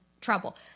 trouble